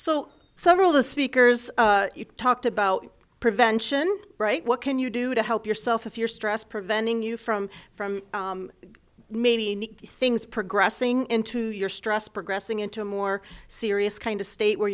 so several of the speakers talked about prevention right what can you do to help yourself if you're stressed preventing you from from maybe things progressing into your stress progressing into a more serious kind of state where